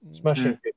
Smashing